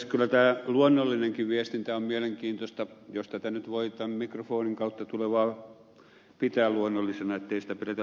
kyllä tämä luonnollinenkin viestintä on mielenkiintoista jos sitä nyt voi tämän mikrofonin kautta tulevana pitää luonnollisena ettei sitä pidetä sähköisenä